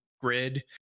grid